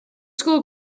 school